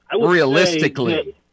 realistically